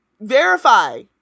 verify